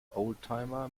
oldtimer